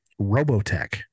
Robotech